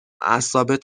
اعصابت